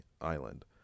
Island